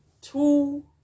two